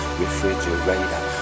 refrigerator